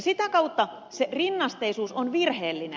sitä kautta se rinnasteisuus on virheellinen